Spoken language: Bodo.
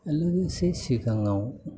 लोगोसे सिगाङाव